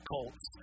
Colts